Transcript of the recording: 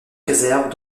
réserves